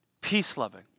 Peace-loving